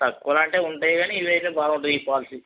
తక్కువలో అంటే ఉంటాయి గానీ ఇదైతే బాగుంటుంది ఈ పాలసీ